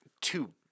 two